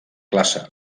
classe